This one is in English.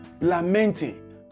lamenting